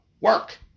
work